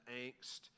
angst